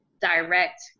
direct